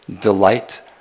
Delight